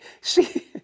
see